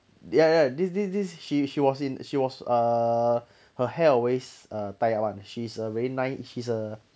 yeah yeah this this this she she was in she was err her hair always tie up [one] she's a very nice she's a